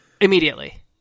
Immediately